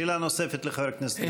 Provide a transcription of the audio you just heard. שאלה נוספת לחבר הכנסת גליק.